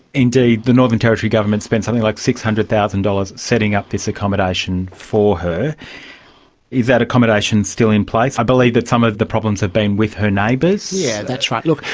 indeed, the northern territory government spent something like six hundred thousand dollars setting up this accommodation for her. is that accommodation still in place? i believe that some of the problems have been with her neighbours? yes, yeah that's right. look,